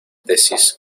tesis